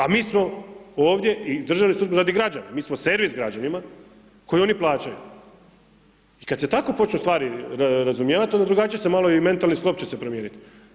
A mi smo ovdje i državni službenici radi građana, mi smo servis građanima koji oni plaćaju i kad se tako počnu stvari razumijevat, onda drugačije se malo i mentalni sklop će se promijenit.